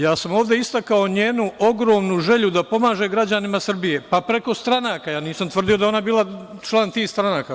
Ja sam ovde istakao njenu ogromnu želju da pomaže građanima Srbije, pa preko stranaka, ja nisam tvrdio da je ona bila član tih stranaka.